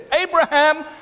Abraham